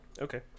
Okay